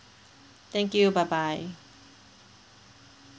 thank you bye bye